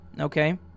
Okay